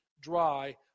dry